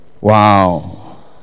Wow